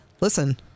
Listen